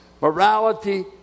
morality